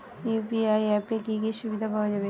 UPI অ্যাপে কি কি সুবিধা পাওয়া যাবে?